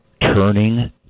turning